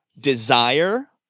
desire